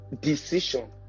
Decision